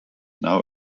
now